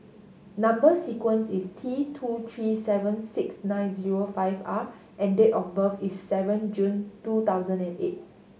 number sequence is T two three seven six nine zero five R and date of birth is seven June two thousand and eight